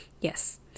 yes